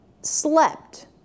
slept